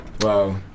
Wow